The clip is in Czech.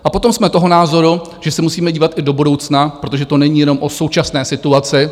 A potom jsme toho názoru, že se musíme dívat i do budoucna, protože to není jenom o současné situaci.